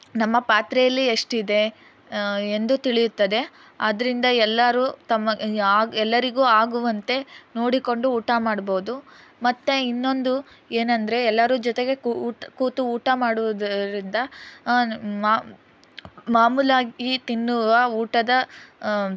ನಮ್ಮ ಪಾತ್ರೆಯಲ್ಲಿ ಎಷ್ಟಿದೆ ಎಂದು ತಿಳಿಯುತ್ತದೆ ಆದ್ದರಿಂದ ಎಲ್ಲರೂ ತಮ್ಮ ಆಗ್ ಎಲ್ಲರಿಗೂ ಆಗುವಂತೆ ನೋಡಿಕೊಂಡು ಊಟ ಮಾಡಬಹುದು ಮತ್ತು ಇನ್ನೊಂದು ಏನೆಂದರೆ ಎಲ್ಲರೂ ಜೊತೆಗೆ ಕೂ ಊಟ್ ಕೂತು ಊಟ ಮಾಡುವುದರಿಂದ ಮಾ ಮಾಮೂಲಾಗಿ ತಿನ್ನುವ ಊಟದ